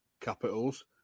capitals